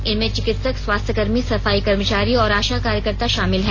इनमें चिकित्सक स्वास्थ्यकर्मीसफाई कर्मचारी और आशा कार्यकर्ता शामिल हैं